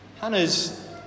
Hannah's